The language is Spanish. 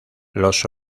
los